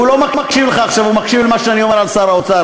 הוא לא מקשיב לך עכשיו אלא למה שאני אומר על שר האוצר,